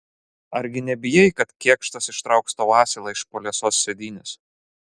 argi nebijai kad kėkštas ištrauks tau asilą iš po liesos sėdynės